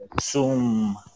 Zoom